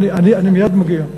אני מייד מגיע.